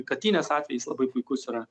katynės atvejais labai puikus yra